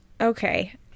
Okay